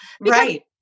Right